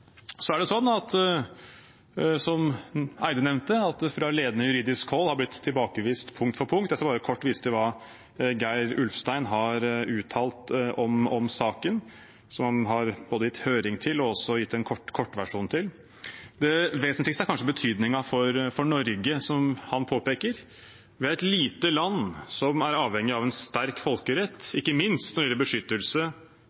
er det sånn, som Eide nevnte, at de fra ledende juridisk hold har blitt tilbakevist punkt for punkt. Jeg skal bare kort vise til hva Geir Ulfstein har uttalt om saken, som han både har gitt høring til og også gitt en kort kortversjon til. Det vesentligste er kanskje betydningen for Norge. Som han påpeker: «Norge er et lite land som er avhengig av en sterk